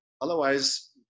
Otherwise